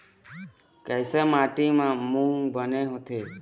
कइसे माटी म मूंग बने होथे?